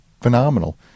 phenomenal